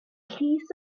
llys